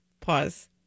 pause